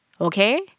Okay